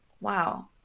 wow